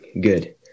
good